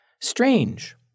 Strange